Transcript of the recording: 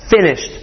Finished